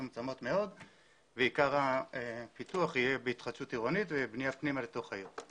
מצומצמות מאוד ועיקר הפיתוח יהיה בהתחדשות עירונית ובנייה פנימה לתוך העיר.